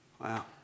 Wow